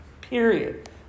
Period